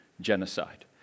genocide